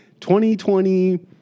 2020